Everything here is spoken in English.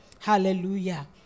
Hallelujah